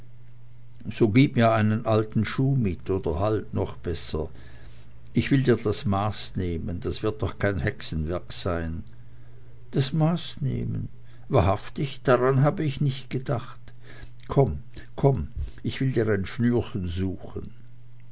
so gib mir einen alten schuh mit oder halt noch besser ich will dir das maß nehmen das wird doch kein hexenwerk sein das maß nehmen wahrhaftig daran hab ich nicht gedacht komm komm ich will dir ein schnürchen suchen